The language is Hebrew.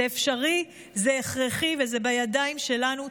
זה אפשרי, זה הכרחי, וזה בידיים שלנו.